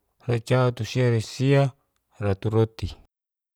Racautusiarasisia. raturoti.